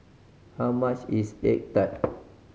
how much is egg tart